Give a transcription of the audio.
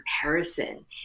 comparison